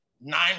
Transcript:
nine